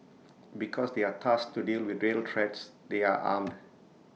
because they are tasked to deal with real threats they are armed